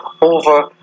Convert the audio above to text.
over